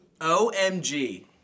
OMG